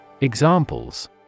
Examples